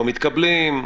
לא מתקבלים,